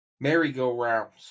Merry-go-rounds